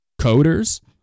Coders